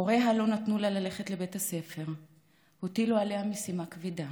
הוריה לא נתנו לה ללכת לבית הספר והטילו עליה משימה כבדה: